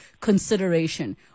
consideration